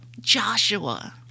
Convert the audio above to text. Joshua